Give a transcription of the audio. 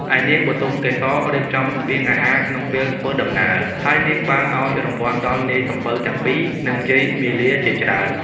ឯនាងបុទមកេសររៀបចំស្បៀងអាហារក្នុងពេលធ្វើដំណើរ ហើយនាងបានឱ្យរង្វាន់ដល់នាយសំពៅទាំងពីរ និងយាយមាលាជាច្រើន។